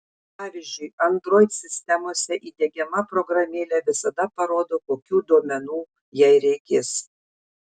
pavyzdžiui android sistemose įdiegiama programėlė visada parodo kokių duomenų jai reikės